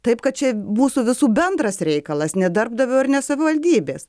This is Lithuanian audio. taip kad čia mūsų visų bendras reikalas ne darbdavio ir ne savivaldybės